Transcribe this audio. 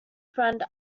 friend